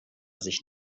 sich